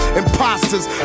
imposters